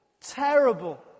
terrible